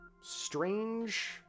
strange